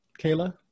kayla